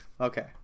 Okay